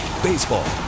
Baseball